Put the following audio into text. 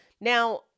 Now